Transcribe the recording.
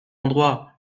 endroit